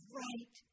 right